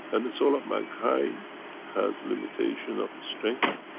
and the soul of mankind has limitation of the strength.